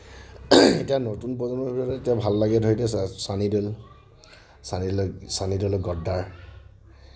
এতিয়া নতুন প্ৰজন্মবোৰৰ ভিতৰত ভাল লাগে ধৰি ল এতিয়া ছানী ডেওল ছানী ডেওলৰ ছানী ডেওলৰ গদ্দাৰ